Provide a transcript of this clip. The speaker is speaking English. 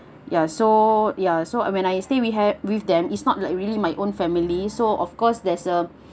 ya so ya so when I stay have with them is not like really my own family so of course there's a